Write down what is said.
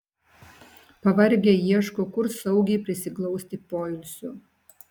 pavargę ieško kur saugiai prisiglausti poilsio